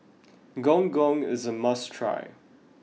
Gong Gong is a must try